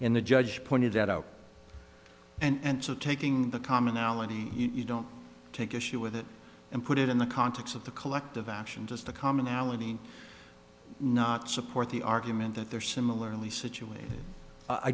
in the judge pointed that out and so taking the commonality you don't take issue with it and put it in the context of the collective actions of the commonality not support the argument that they're similarly situat